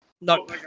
No